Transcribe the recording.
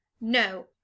No